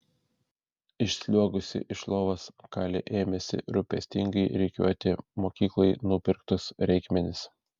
išsliuogusi iš lovos kali ėmėsi rūpestingai rikiuoti mokyklai nupirktus reikmenis